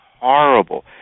horrible